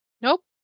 Nope